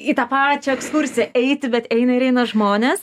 į tą pačią ekskursiją eiti bet eina ir eina žmonės